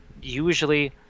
usually